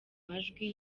majwi